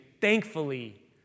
thankfully